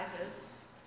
sizes